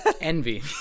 Envy